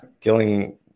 dealing